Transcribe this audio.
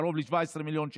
קרוב ל-17 מיליארד שקל,